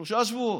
שלושה שבועות,